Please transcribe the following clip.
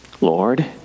Lord